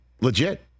legit